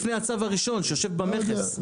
לפני הצו הראשון שיושב במכס.